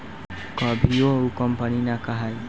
कभियो उ कंपनी ना कहाई